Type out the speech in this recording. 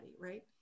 right